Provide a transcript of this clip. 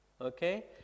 Okay